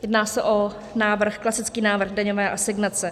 Jedná se o návrh, klasický návrh daňové asignace.